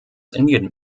indien